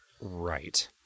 Right